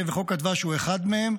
וחוק הדבש הוא אחד מהם.